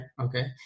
Okay